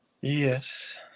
Yes